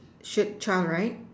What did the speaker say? shirt right